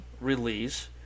release